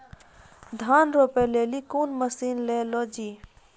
धान रोपे लिली कौन मसीन ले लो जी?